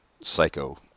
psycho